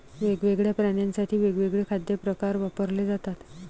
वेगवेगळ्या प्राण्यांसाठी वेगवेगळे खाद्य प्रकार वापरले जातात